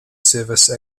service